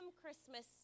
Christmas